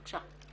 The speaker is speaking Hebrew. בבקשה.